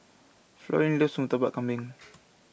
Florine loves Murtabak Kambing